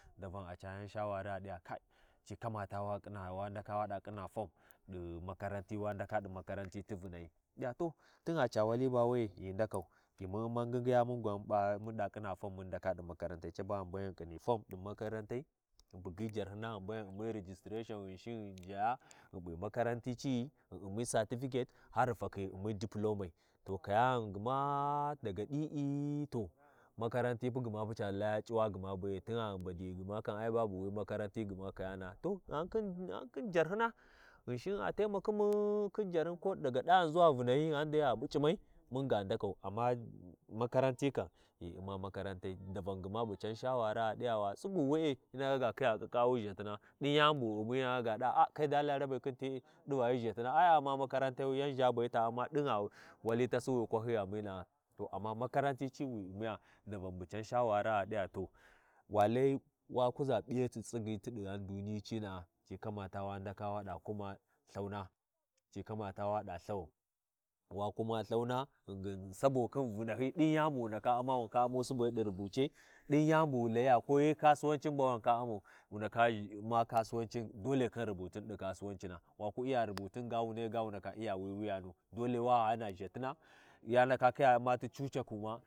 Yai can shawari ɗighan makarantai fa muna ɗi makarantayi, ghi ghu fari ca mataranti’na Sai ghi fakhiy ghi faliya muma ɗi munba Lthadai mumba bahyiyi ƙuwayo, munba miy, munba ɗanaa munba wani’i daⱱan a fakhiya, baban Sailas a d’aya kai wali cini tawani fa ci ngigiya pu, Ci kamata Pu wa byga Jarhym wa ndaka ɗi makarantai, waku baɗi makaranti Pu, dinan baya buwusi pu wu ndaka ga P’a gham gma pa ɗi-ɗi-ɗi-ɗi-ɗi pahyi ghani pa, hyi ndaka khiya ƙinawu ya ndaka khiya cewa, kai ɗon Allah rabai khin cani, tani can gwai ai a U’mma wi makarantayu, ɗiva hyi zhatina, hyi ʒhatin fa a U’mma wi makarantayu, ai ba ghi tsigayan ghi ɗiva, ei har pu gha ku ba ɗi makaranti cina’a mts, muna naha ma bamu vinahyi pa, gha ku Iya karantina, khin khin ʒhewalai, mts ghi ndaka ga P’a matsalai automatically ghi naka ga P’a matali ci kamata mun ba buga jarhyin mun ndaka ɗi makarantai, a ɗi va to wa Lai wa ndaka ɗi makarantai, saiwa, saiwa, sai ɗaɗai wa piya ɗi makanratai, ghi ɗiva to, ghi ndaka ɗi makarantai, ƙwaƙuba ghi ndaka U’mma aɗiva to, kayana’a ɗava ɗa P’a principa niɗi makaranti secondary, wa ndaka wa bu na wu P’aya, sai wa ɗa ɗa, waɗawu layi waʒa ɗi makarantai, hyi ndaka C’u form sai wa yanau, wa yani sai ya ɗuva to, wa ɗa ƙhinna kaʒa, khin kaʒa, khin kaʒa, can be wu ndaka faka khin cani, ɗi matakin uniform, ghi C’uwi Primary, ghi C’uwi Secondary, ghi C’uwi Primry, ghi fakhi gma ɗi Jamiai da ghiɗi va gma ghi ndaka U’mma wi karatuna daga Primary daga Secondary wi ghi C’uwiya muna naha ghi ndaka Umma wi maratunu.